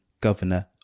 governor